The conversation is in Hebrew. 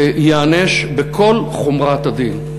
ייענש בכל חומרת הדין.